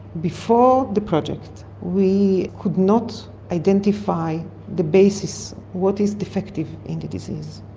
before the project we could not identify the basis, what is defective in the disease.